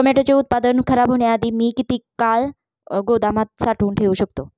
टोमॅटोचे उत्पादन खराब होण्याआधी मी ते किती काळ गोदामात साठवून ठेऊ शकतो?